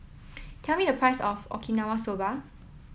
tell me the price of Okinawa soba